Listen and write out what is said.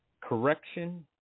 correction